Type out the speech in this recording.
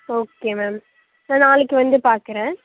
okay ma'am நான் நாளைக்கு வந்து பார்க்குறேன்